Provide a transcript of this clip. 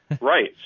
Right